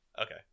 Okay